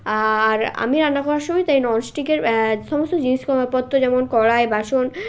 আর আমি রান্না করার সময় তাই ননস্টিকের সমস্ত জিনিস পত্র যেমন কড়াই বাসন